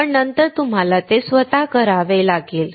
पण नंतर तुम्हाला ते स्वतः करावे लागेल